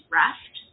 rest